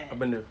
apa benda